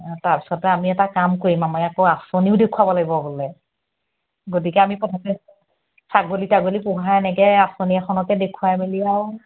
অ তাৰপিছতে আমি এটা কাম কৰিম আমি আকৌ আঁচনিও দেখুৱাব লাগিব বোলে গতিকে আমি ছাগলী তাগলী পোহা এনেকৈ আঁচনি এখনকে দেখুৱাই মেলি আৰু